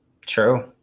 True